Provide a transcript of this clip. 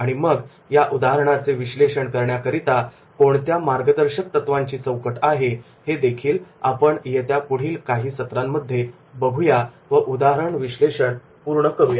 आणि मग या उदाहरणाचे विश्लेषण करण्याकरिता कोणत्या मार्गदर्शक तत्त्वांची चौकट आहे हेदेखील आपण येत्या पुढील काही सत्रांमध्ये बघूया व उदाहरण विश्लेषण पूर्ण करूया